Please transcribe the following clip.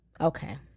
Okay